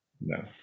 No